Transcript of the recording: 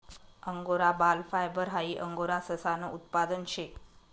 angora बाल fibre हाई angora ससानं उत्पादन शे